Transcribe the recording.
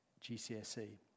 GCSE